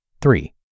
Three